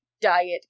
diet